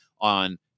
on